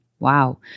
Wow